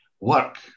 Work